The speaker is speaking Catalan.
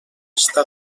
està